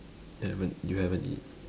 haven't you haven't eat